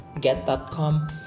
get.com